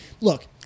look